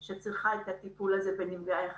יותר שצריכה את הטיפול הזה בנפגעי חרדה.